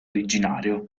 originario